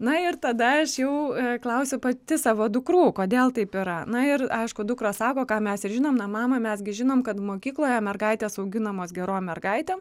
na ir tada aš jau klausiu pati savo dukrų kodėl taip yra na ir aišku dukros sako ką mes ir žinom na mama mes gi žinom kad mokykloje mergaitės auginamos gerom mergaitėm